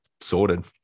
sorted